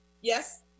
Yes